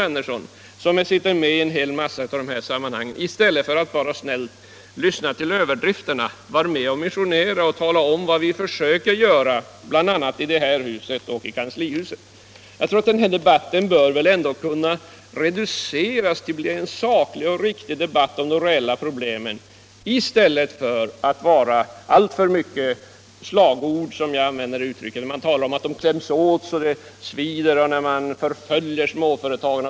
Herr Andersson i Örebro är ju med i så stor utsträckning i dessa sammanhang. Tala om vad som görs i stället för att bara snällt lyssna till överdrifterna! Var med och missionera och tala om vad vi försöker göra, bl.a. i det här huset och i kanslihuset. Den här debatten bör väl ändå kunna reduceras till en saklig och riktig debatt om de reella problemen i stället för att alltför mycket innehålla slagord — jag använder det uttrycket. Man talar om att småföretagarna kläms åt så att det svider, att företagarna förföljs osv.